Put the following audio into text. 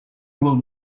will